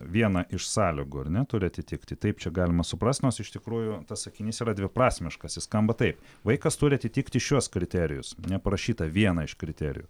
vieną iš sąlygų ar ne turi atitikti taip čia galima suprast nors iš tikrųjų tas sakinys yra dviprasmiškas jis skamba taip vaikas turi atitikti šiuos kriterijus neprašytą vieną iš kriterijų